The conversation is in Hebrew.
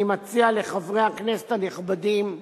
אני מציע לחברי הכנסת הנכבדים,